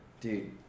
Dude